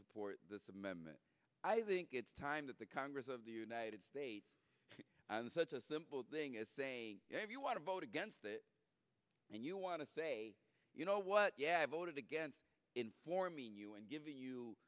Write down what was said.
support this amendment i think it's time that the congress of the united states and such a simple thing is saying if you want to vote against it and you want to say you know what yeah i voted against informing you and giving you